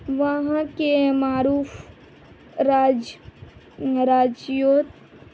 وہاں کے معروف راج راجیو